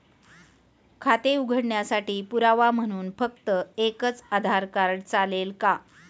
खाते उघडण्यासाठी पुरावा म्हणून फक्त एकच आधार कार्ड चालेल का?